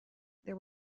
there